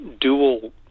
dual